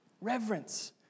Reverence